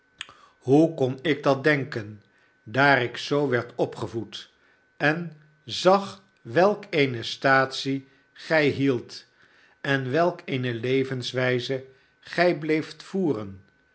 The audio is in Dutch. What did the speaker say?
hoe kon ik dat denken daar ik zoo werd opgevoed en zag welk eene staatsie gij hieldt en welk eene levenswijze gij bleeft voeren